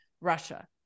Russia